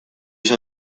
see